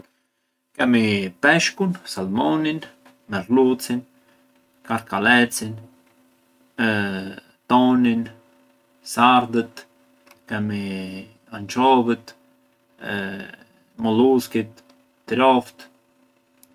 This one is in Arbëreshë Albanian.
Kemi peshkun, salmonin, merlucin, karkalecin, tonin, sardët, ançovët, molluskitë, trotë.